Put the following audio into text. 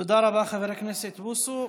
תודה רבה, חבר הכנסת בוסו.